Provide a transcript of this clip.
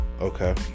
okay